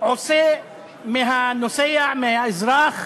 שעושה מהנוסע, מהאזרח,